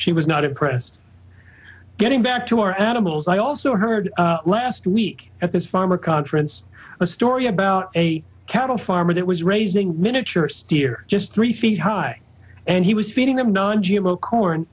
she was not a prez getting back to our animals i also heard last week at this farmer conference a story about a cattle farmer that was raising miniature steer just three feet high and he was feeding them nine g m o corn